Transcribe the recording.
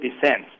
descent